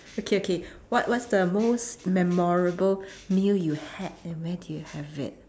okay okay what what's the most memorable meal you had and where did you have it